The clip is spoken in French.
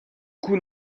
coup